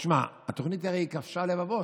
תשמע, התוכנית הרי כבשה לבבות.